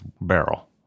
barrel